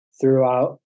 throughout